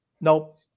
nope